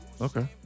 Okay